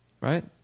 Right